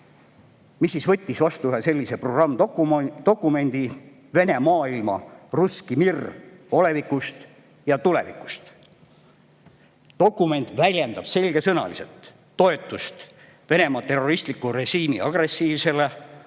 mis võttis vastu ühe programmdokumendi Vene maailma, russki mir'i oleviku ja tuleviku kohta. Dokument väljendab selge sõnaga toetust Venemaa terroristliku režiimi agressiivsele,